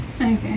Okay